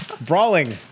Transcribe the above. Brawling